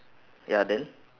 ya then